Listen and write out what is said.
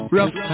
Rough